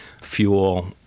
fuel